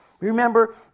Remember